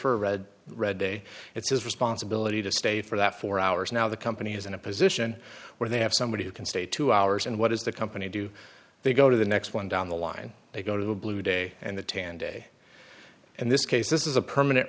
a red red day it's his responsibility to stay for that four hours now the company is in a position where they have somebody who can stay two hours and what does the company do they go to the next one down the line they go to a blue day and the tan day and this case this is a permanent